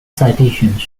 citations